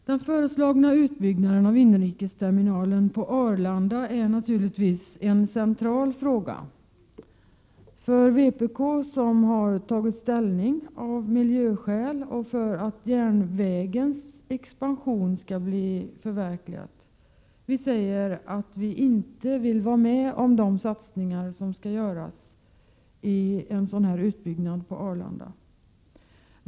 Den föreslagna utbyggnaden av inrikesterminalen på Arlanda är en central fråga för vpk, som av miljöskäl har tagit ställning för att järnvägens expansion skall förverkligas. Vi säger att vi inte vill vara med om de satsningar som skall göras i en utbyggnad på Arlanda.